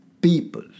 people